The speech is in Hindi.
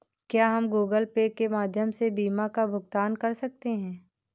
क्या हम गूगल पे के माध्यम से बीमा का भुगतान कर सकते हैं?